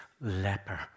leper